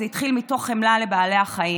זה התחיל מתוך חמלה לבעלי החיים.